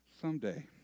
Someday